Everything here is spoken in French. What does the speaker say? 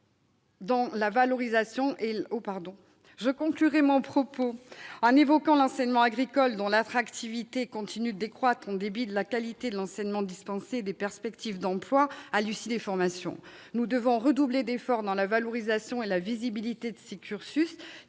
Je conclurai mon propos en évoquant l'enseignement agricole, dont l'attractivité continue de décroître en dépit de la qualité de l'enseignement dispensé et des perspectives d'emplois à l'issue des formations. Nous devons redoubler d'efforts dans la valorisation et la visibilité de ces cursus,